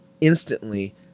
instantly